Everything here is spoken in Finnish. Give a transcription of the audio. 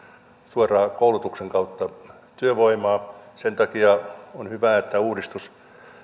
suoraan koulutuksen kautta työvoimaa sen takia on hyvä että uudistus